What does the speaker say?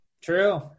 True